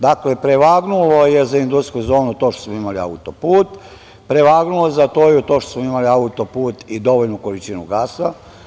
Dakle, prevagnulo je za industrijsku zonu to što smo imali autoput, prevagnulo je za „Toju“ to što smo imali autoput i dovoljnu količinu gasa.